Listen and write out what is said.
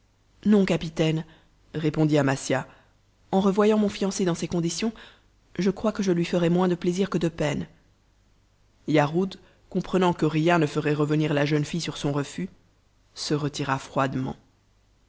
non capitaine répondit amasia en revoyant mon fiancé dans ces conditions je crois que je lui ferais moins de plaisir que de peine yarhud comprenant que rien ne ferait revenir la jeune fille sur son refus se retira froidement